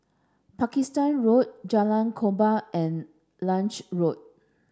Pakistan Road Jalan Korban and Lange Road